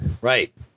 Right